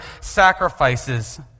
sacrifices